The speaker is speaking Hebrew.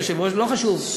יושב-ראש" לא חשוב,